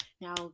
Now